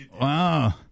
wow